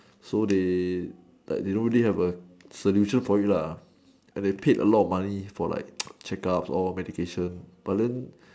so they like they don't really have a solution for it lah and they paid a lot of money for like checkups and medication but then